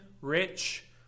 rich